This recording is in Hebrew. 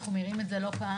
אנחנו מעירים את זה לא פעם,